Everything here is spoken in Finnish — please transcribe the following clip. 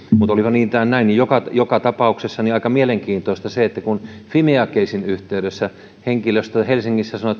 niin tai näin niin joka joka tapauksessa on aika mielenkiintoista se että kun fimea keissin yhteydessä henkilöstö helsingissä sanoi että